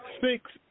six